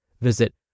Visit